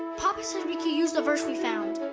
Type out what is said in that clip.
papa said we can use the verse we found.